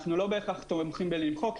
אנחנו לא בהכרח תומכים במחיקה,